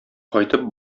кайтып